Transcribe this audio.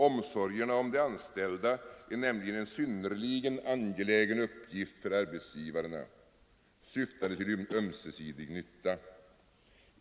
Omsorgerna om de anställda är nämligen en synnerligen angelägen uppgift för arbetsgivarna, syftande till ömsesidig nytta.